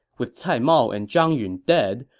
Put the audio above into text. with cai mao and zhang yun dead,